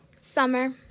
Summer